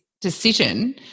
decision